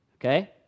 Okay